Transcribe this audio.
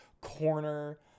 corner